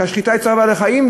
שהשחיטה היא צער בעלי-חיים,